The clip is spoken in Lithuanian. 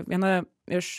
viena iš